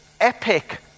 epic